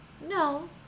No